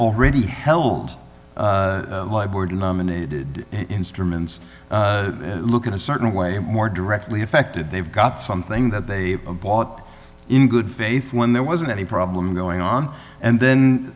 already held my board nominated instruments look at a certain way more directly affected they've got something that they bought in good faith when there wasn't any problem going on and